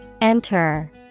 Enter